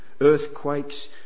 Earthquakes